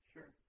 Sure